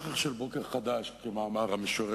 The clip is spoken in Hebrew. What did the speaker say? תופעה מדאיגה בממשלה